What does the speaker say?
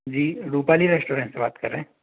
जी Rupali restaurant से बात कर रहे हैं